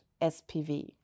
SPV